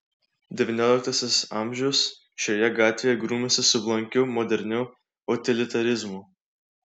devynioliktasis amžius šioje gatvėje grūmėsi su blankiu moderniu utilitarizmu